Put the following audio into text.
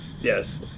Yes